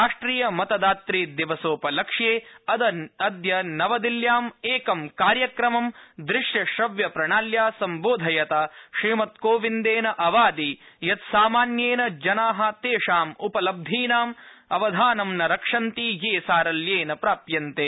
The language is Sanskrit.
राष्ट्रिय मतदातु दिवसोपलक्ष्ये अद्य नवदिल्ल्याम् एकं कार्यक्रमं दूश्यश्रव्यप्रणाल्या संबोधयता श्रीमत्कोविन्देन अवादि यत् सामान्येन जनाः तेषाम् उपलब्धीनाम् अवधानं न रक्षन्ति ये सारल्येन प्राप्यन्ते